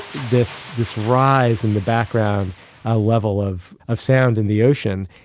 this arise in the background ah level of of sound in the ocean,